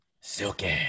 Silky